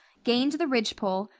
gained the ridgepole,